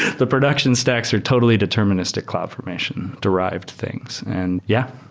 the production stacks are totally deterministic cloud formation derived things. and yeah,